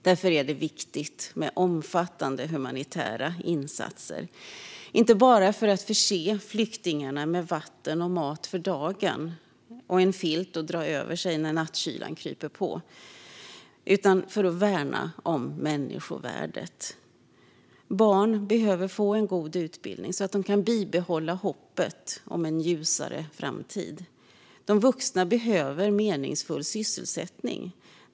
Därför är det viktigt med omfattande humanitära insatser, inte bara för att förse flyktingarna med vatten och mat för dagen och en filt att dra över sig när nattkylan kryper på utan också för att värna om människovärdet. Barn behöver få en god utbildning så att de kan bibehålla hoppet om en ljusare framtid. De vuxna behöver meningsfull sysselsättning.